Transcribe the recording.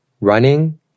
running